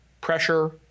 Pressure